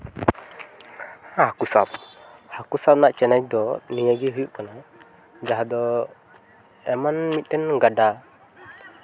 ᱦᱮᱸ ᱦᱟᱹᱠᱩ ᱥᱟᱵ ᱦᱟᱹᱠᱩ ᱥᱟᱵ ᱨᱮᱭᱟᱜ ᱪᱮᱞᱮᱧᱡᱽ ᱫᱚ ᱱᱤᱭᱟᱹ ᱜᱮ ᱦᱩᱭᱩᱜ ᱠᱟᱱᱟ ᱡᱟᱦᱟᱸ ᱫᱚ ᱮᱢᱚᱱ ᱢᱤᱫᱴᱮᱱ ᱜᱟᱰᱟ